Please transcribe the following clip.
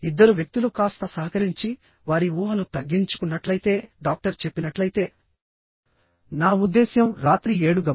ఇద్దరు వ్యక్తులు కాస్త సహకరించివారి ఊహను తగ్గించుకున్నట్లయితేడాక్టర్ చెప్పినట్లయితేనా ఉద్దేశ్యం రాత్రి 7 గం